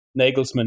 Nagelsmann